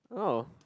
oh